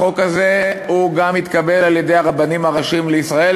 החוק הזה גם התקבל על-ידי הרבנים הראשיים לישראל,